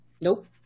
Nope